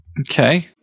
Okay